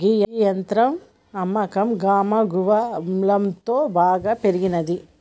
గీ యంత్రాల అమ్మకం గమగువలంతో బాగా పెరిగినంది